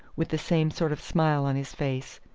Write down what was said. with the same sort of smile on his face.